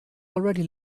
already